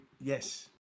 Yes